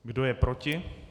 Kdo je proti?